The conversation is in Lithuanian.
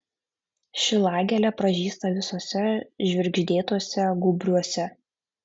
šilagėlė pražysta visuose žvirgždėtuose gūbriuose